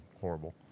horrible